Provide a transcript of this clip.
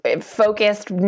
focused